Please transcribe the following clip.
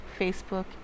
facebook